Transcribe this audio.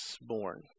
born